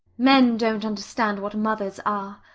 men don't understand what mothers are.